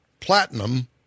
Platinum